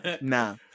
nah